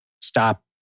stop